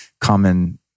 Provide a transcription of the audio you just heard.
common